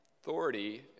authority